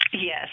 Yes